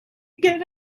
get